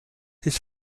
his